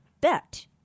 bet